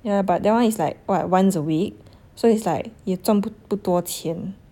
yeah but that one is like what once a week so it's like 也赚不多钱